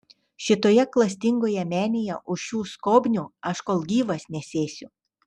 šitoje klastingoje menėje už šių skobnių aš kol gyvas nesėsiu